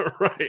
Right